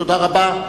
תודה רבה.